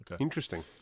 Interesting